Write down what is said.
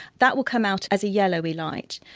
that will come out as a yellowy light.